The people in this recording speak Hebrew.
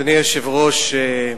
אדוני היושב-ראש,